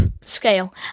scale